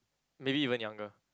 maybe even younger